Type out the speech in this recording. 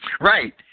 Right